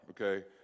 okay